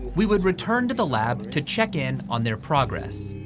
we would return to the lab to check in on their progress.